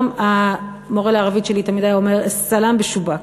המורה לערבית שלי היה אומר: א-סאלם בּא-שֻבּאכּ.